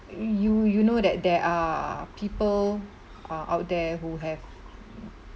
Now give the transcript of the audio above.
you you know that there are people uh out there who have